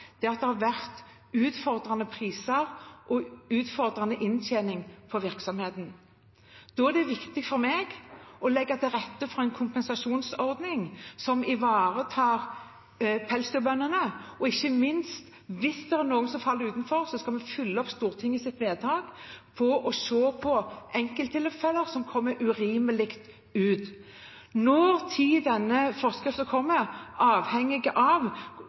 Det var at det har vært utfordrende priser og utfordrende inntjening fra virksomheten. Da er det viktig for meg å legge til rette for en kompensasjonsordning som ivaretar pelsdyrbøndene, og – ikke minst – hvis det er noen som faller utenfor, skal vi oppfylle Stortingets vedtak og se på enkelttilfeller som kommer urimelig ut. Når denne forskriften kommer, avhenger av